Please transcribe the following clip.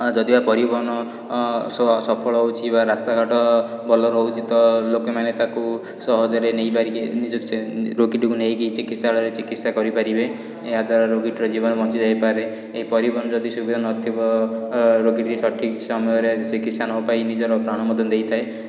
ଯଦିବା ପରିବହନ ଅସଫଳ ହେଉଛି ବା ରାସ୍ତାଘାଟ ଭଲ ରହୁଛି ତ ଲୋକମାନେ ତାକୁ ସହଜରେ ନେଇପାରିକି ନିଜ ରୋଗୀଟି କୁ ନେଇକି ଚିକିତ୍ସାଳୟରେ ଚିକତ୍ସା କରିପାରିବେ ଏହାଦ୍ୱାରା ରୋଗୀଟିର ଜୀବନ ବଞ୍ଚି ଯାଇପାରେ ଏ ପରିବହନ ଯଦି ସୁବିଧା ନ ଥିବ ରୋଗୀଟି ଠିକ୍ ସମୟରେ ଚିକତ୍ସା ନ ପାଇ ନିଜର ପ୍ରାଣ ମଧ୍ୟ ଦେଇଥାଏ